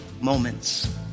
moments